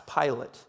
Pilate